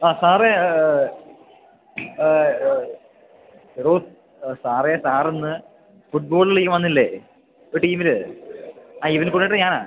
ആ സാറേ എടോ സാറേ സാറിന്ന് ഫുട്ബോളിൽ വന്നില്ലേ ഒരു ടീമിൽ ആ ഈവൻ്റ് കൊഡിനേറ്റർ ഞാനാണ്